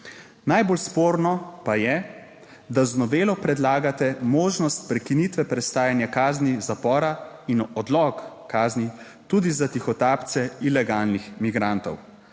Najbolj sporno pa je, da z novelo predlagate možnost prekinitve prestajanja kazni zapora in odlog kazni tudi za tihotapce ilegalnih migrantov.